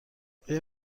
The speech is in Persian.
آیا